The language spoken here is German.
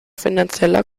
finanzieller